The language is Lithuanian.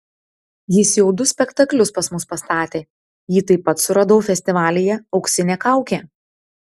jis jau du spektaklius pas mus pastatė jį taip pat suradau festivalyje auksinė kaukė